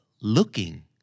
looking